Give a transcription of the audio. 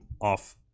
off